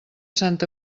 sant